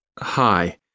Hi